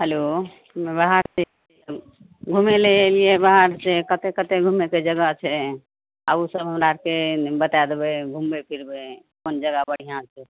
hello हम्मे बाहरसँ घुमय लए अयलियै हइ बाहरसँ कते कते घुमयके जगह छै आओर उसब हमरा फेन बता देबय घुमबय फिरबय कोन जगह बढ़िआँ छै